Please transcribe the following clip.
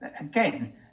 again